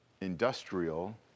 industrial